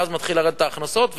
ואז ההכנסות מתחילות לרדת,